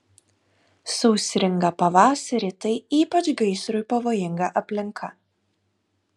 sausringą pavasarį tai ypač gaisrui pavojinga aplinka